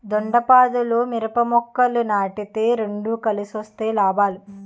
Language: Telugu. దొండపాదుల్లో మిరప మొక్కలు నాటితే రెండు కలిసొస్తే లాభాలు